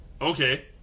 okay